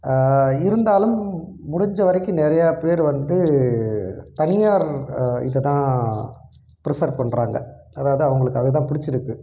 இருந்தாலும் முடிஞ்ச வரைக்கும் நிறையா பேர் வந்து தனியார் இத தான் பிரிஃபர் பண்ணுறாங்க அதாவது அவர்களுக்கு அது தான் பிடிச்சிருக்கு